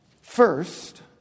First